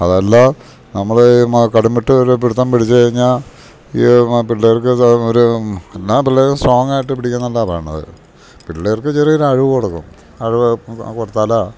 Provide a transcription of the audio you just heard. അതല്ല നമ്മൾ ഈ കടുംവെട്ട് ഒരു പിടത്തം പിടിച്ചു കഴിഞ്ഞാൽ ഈ പിള്ളേർക്ക് ഒരു എല്ലാ പിള്ളേരും സ്ട്രോങ്ങായിട്ട് പിടിക്കുന്നല്ലാ പറയണത് പിള്ളേർക്ക് ചെറിയൊരു അഴിവൊടുക്കണം അഴിവ് കൊടുത്താൽ